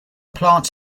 plants